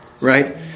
right